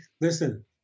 listen